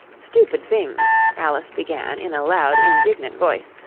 stupid things alice began in a loud, indignant voice,